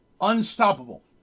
unstoppable